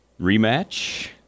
rematch